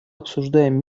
обсуждаем